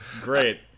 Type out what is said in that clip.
great